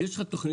יש לך תוכנית,